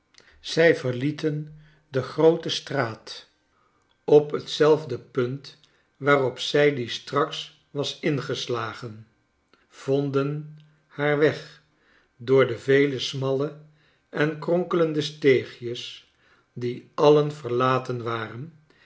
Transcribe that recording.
zij verlieten de groote straat op hetzelfde punt waarop zij die straks was ingeslagen vonden haar weg door de vele smalle en kronkelende steegjes die alien verlaten waren